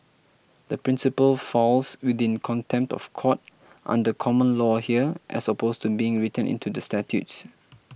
the principle falls within contempt of court under common law here as opposed to being written into the statutes